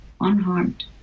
unharmed